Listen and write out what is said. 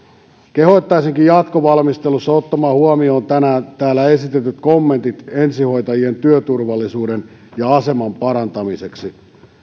kehottaisinkin jatkovalmistelussa ottamaan huomioon tänään täällä esitetyt kommentit ensihoitajien työturvallisuuden ja aseman parantamiseksi